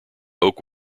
oak